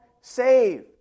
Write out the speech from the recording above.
save